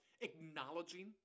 acknowledging